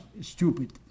stupid